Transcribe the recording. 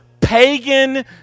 pagan